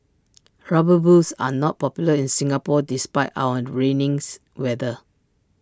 rubber boots are not popular in Singapore despite our rainy's weather